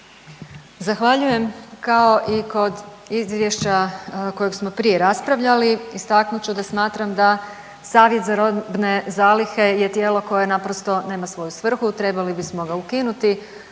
Zahvaljujem. Kao i kod izvješća kojeg smo prije raspravljali istaknut ću da smatram da Savjet za robne zalihe je tijelo koje naprosto nema svoju svrhu. Trebali bismo ga ukinuti.